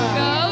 go